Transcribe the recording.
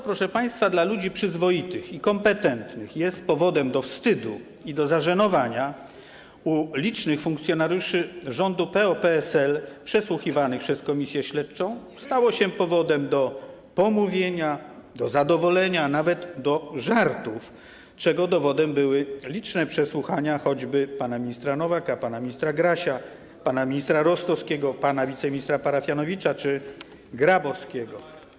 Proszę państwa, to, co dla ludzi przyzwoitych i kompetentnych jest powodem do wstydu i zażenowania, dla licznych funkcjonariuszy rządu PO-PSL przesłuchiwanych przez Komisję Śledczą stało się powodem do pomówienia, do zadowolenia, nawet do żartów, czego dowodem były liczne przesłuchania - choćby pana ministra Nowaka, pana ministra Grasia, pana ministra Rostowskiego, pana wiceministra Parafianowicza czy pana wiceministra Grabowskiego.